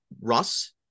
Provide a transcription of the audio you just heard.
Russ